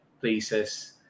places